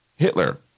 Hitler